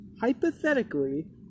Hypothetically